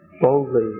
boldly